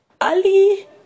ali